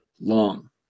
long